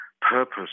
purpose